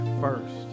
first